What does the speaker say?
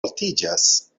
altiĝas